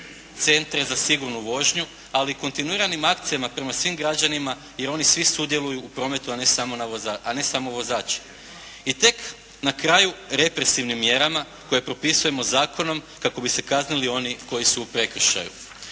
centre za sigurnu vožnju, ali kontinuiranim akcijama prema svim građanima jer oni svi sudjeluju u prometu a ne samo vozači. I tek na kraju represivnim mjerama koje propisujemo zakonom kako bi se kaznili oni koji su u prekršaju.